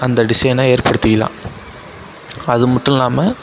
அந்த டிசைனை ஏற்படுத்திக்கலாம் அதுமட்டும் இல்லாமல்